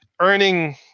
Earning